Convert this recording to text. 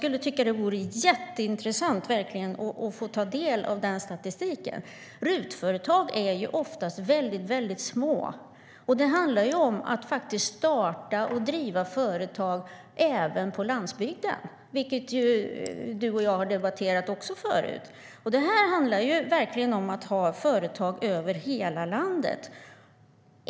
Det vore verkligen jätteintressant att få ta del av den statistiken. RUT-företag är oftast väldigt små. Det handlar om att starta och driva företag även på landsbygden, vilket Birger Lahti och jag har debatterat tidigare, och om att ha företag i hela landet.